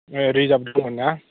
ए reserve दंमोन ना